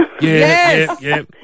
Yes